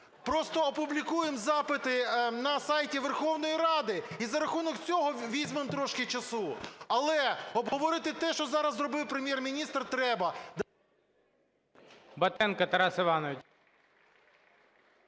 просто опублікуємо запити на сайті Верховної Ради і за рахунок цього візьмемо трошки часу. Але обговорити те, що зараз зробив Прем’єр-міністр, треба…